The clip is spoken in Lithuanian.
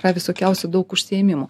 yra visokiausių daug užsiėmimų